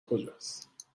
کجاست